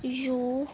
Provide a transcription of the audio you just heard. you